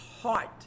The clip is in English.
heart